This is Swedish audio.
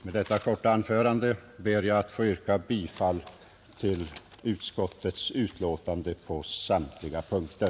Med detta korta anförande ber jag att få yrka bifall till utskottets hemställan på samtliga punkter.